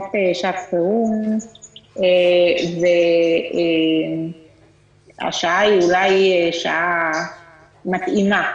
תקנות שעת חירום והשעה היא אולי שעה מתאימה.